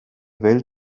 welt